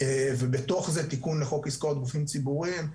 ובתוך זה תיקון לחוק עסקאות גופים ציבוריים,